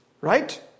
right